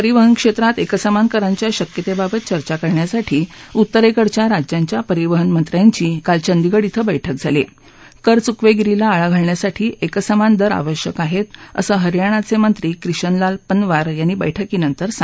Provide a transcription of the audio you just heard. परिवहन क्षेत्रात एकसमान करांच्या शक्यतेबाबत चर्चा करण्यासाठी उत्तरेकडच्या राज्यांच्या परिवहन मंत्र्यांची काल चंदीगड क्षे बैठक कर चुकवेगिरीला आळा घालण्यासाठी एकसमान दर आवश्यक आहेत असं हरियाणाचे मंत्री क्रिशनलाल पनवार यांनी बैठकीनंतर झाली